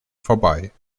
vorbei